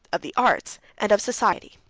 of the arts, and of society.